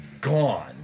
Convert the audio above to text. gone